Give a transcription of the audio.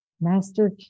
Master